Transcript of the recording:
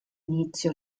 inizio